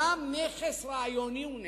גם נכס רעיוני הוא נכס,